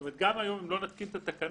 זאת אומרת: גם אם לא נתקין היום את התקנות,